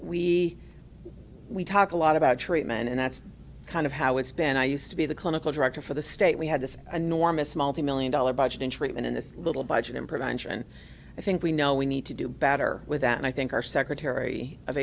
are we talk a lot about treatment and that's kind of how it's been i used to be the clinical director for the state we had this enormous multi million dollar budget in treatment in this little budget and prevention i think we now we need to do better with that and i think our secretary of